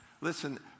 Listen